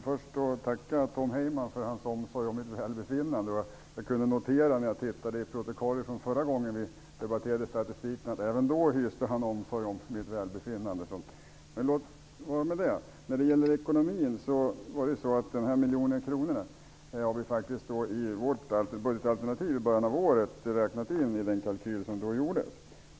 Herr talman! Jag får först tacka Tom Heyman för hans omsorg om mitt välbefinnande. Jag kunde när jag läste protokollet från det förra tillfälle när vi diskuterade statistiken notera att han även då hyste omsorg om mitt välbefinnande. När det gäller ekonomin hade vi redan i den kalkyl som gjordes i vårt budgetalternativ i början av året räknat in den aktuella miljonen.